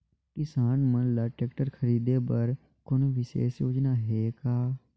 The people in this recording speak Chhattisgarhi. किसान मन ल ट्रैक्टर खरीदे बर कोनो विशेष योजना हे का?